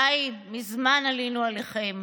די, מזמן עלינו עליכם.